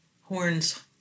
Horns